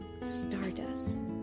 stardust